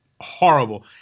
horrible